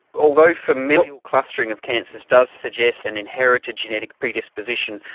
although familial clustering of cancers does suggest an inherited genetic predisposition,